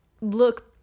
look